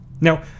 Now